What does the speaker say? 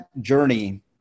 journey